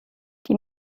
die